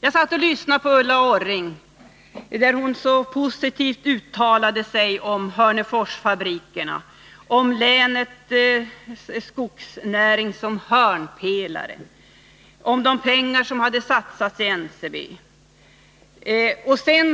Herr talman! Jag satt och lyssnade på Ulla Orring när hon så positivt uttalade sig om Hörneforsfabrikerna, om länets skogsnäring som hörnpelare, om de pengar som hade satsats i NCB. Jag tänkte